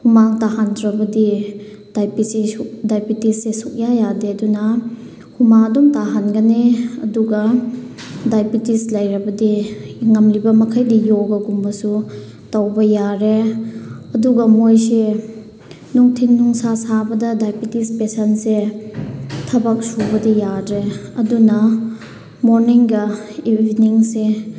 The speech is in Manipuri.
ꯍꯨꯃꯥꯡ ꯇꯥꯍꯟꯗ꯭ꯔꯕꯗꯤ ꯗꯥꯏꯕꯤꯇꯤꯁꯁꯦ ꯁꯨꯛꯌꯥ ꯌꯥꯗꯦ ꯑꯗꯨꯅ ꯍꯨꯃꯥꯡ ꯑꯗꯨꯝ ꯇꯥꯍꯟꯒꯅꯤ ꯑꯗꯨꯒ ꯗꯥꯏꯕꯤꯇꯤꯁ ꯂꯩꯔꯕꯗꯤ ꯉꯝꯂꯤꯕ ꯃꯈꯩꯗꯤ ꯌꯣꯒꯒꯨꯝꯕꯁꯨ ꯇꯧꯕ ꯌꯥꯔꯦ ꯑꯗꯨꯒ ꯃꯣꯏꯁꯦ ꯅꯨꯡꯊꯤꯟ ꯅꯨꯡꯁꯥ ꯁꯥꯕꯗ ꯗꯥꯏꯕꯤꯇꯤꯁ ꯄꯦꯁꯦꯟꯁꯁꯦ ꯊꯕꯛ ꯁꯨꯕꯗꯤ ꯌꯥꯗ꯭ꯔꯦ ꯑꯗꯨꯅ ꯃꯣꯔꯅꯤꯡꯒ ꯏꯚꯤꯅꯤꯡꯁꯦ